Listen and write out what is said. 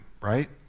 right